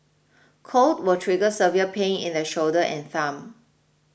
cold will trigger severe pain in the shoulder and thumb